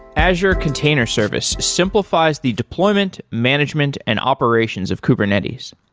azure container service simplifies the deployment, management and operations of kubernetes.